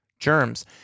Germs